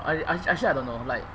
I act~ actually I don't know like